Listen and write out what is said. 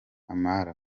amara